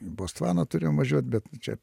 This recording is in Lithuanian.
botsvaną turėjom važiuot bet čia